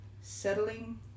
settling